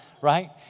right